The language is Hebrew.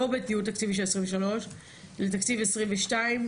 לא בדיון תקציבי של 2023. לתקציב 22'